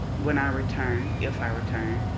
when i return, if i return,